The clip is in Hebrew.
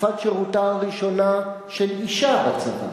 תקופת שירותה הראשונה של אשה בצבא,